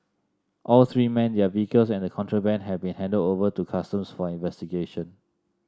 all three men their vehicles and the contraband have been handed over to Customs for investigation